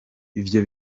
ivyo